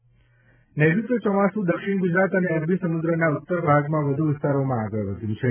હવામાન નૈઋત્ય ચોમાસુ દક્ષિણ ગુજરાત અને અરબી સમુદ્રના ઉત્તરભાગમાં વધુ વિસ્તારોમાં આગળ વધ્યું છે